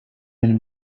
been